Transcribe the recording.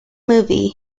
movie